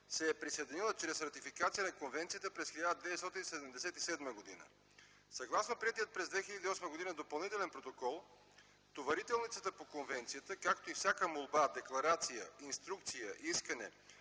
се е присъединила чрез ратификация на Конвенцията през 1977 г. Съгласно приетия през 2008 г. Допълнителен протокол, товарителницата по конвенцията, както и всяка молба, декларация, инструкция, искане,